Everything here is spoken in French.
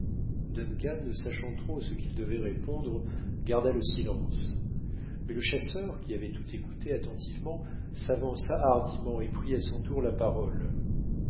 ne sachant trop ce qu'il devait répondre garda le silence mais le chasseur qui avait tout écouté attentivement s'avança hardiment et prit à son tour la parole